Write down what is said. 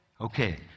Okay